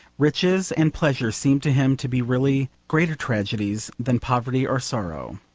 riches and pleasure seemed to him to be really greater tragedies than poverty or sorrow.